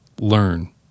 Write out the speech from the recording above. Learn